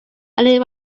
ali